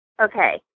okay